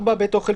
בית אוכל,